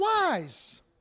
wise